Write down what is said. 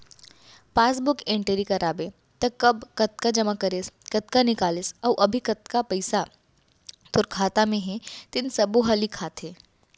passbook entry कराबे त कब कतका जमा करेस, कतका निकालेस अउ अभी कतना पइसा तोर खाता म हे तेन सब्बो ह लिखाथे